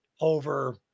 over